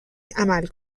عمل